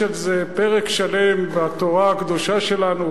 יש על זה פרק שלם בתורה הקדושה שלנו,